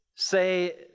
Say